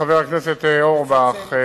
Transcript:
חבר הכנסת אורבך,